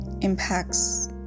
impacts